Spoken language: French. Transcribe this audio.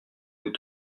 nous